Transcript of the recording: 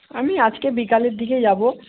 আমি আজকে বিকালের দিকে যাবো